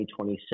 2027